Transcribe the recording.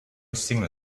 signal